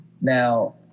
Now